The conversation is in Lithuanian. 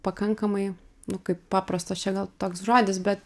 pakankamai nu kaip paprastas čia gal toks žodis bet